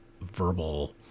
verbal